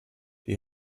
die